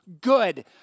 Good